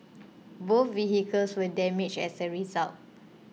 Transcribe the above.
both vehicles were damaged as a result